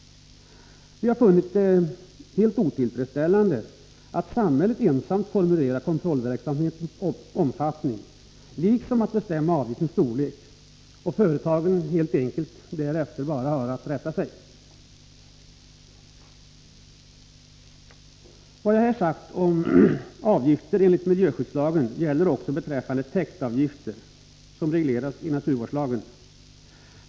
Vi har funnit det helt otillfredsställande att samhället ensamt formulerar kontrollverksamhetens omfattning och bestämmer avgiftens storlek. Företagen har sedan bara att rätta sig efter detta. Vad jag här har sagt om avgifter enligt miljöskyddslagen gäller också beträffande täktavgifter som regleras i naturvårdslagen.